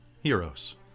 Heroes